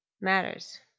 matters